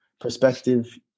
perspective